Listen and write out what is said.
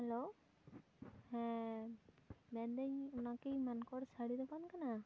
hello ᱦᱮᱸ ᱢᱮᱱ ᱤᱫᱟᱹᱧ ᱚᱱᱟ ᱠᱤ ᱢᱟᱱᱠᱚᱲ ᱥᱟᱹᱲᱤ ᱫᱚᱠᱟᱱ ᱠᱟᱱᱟ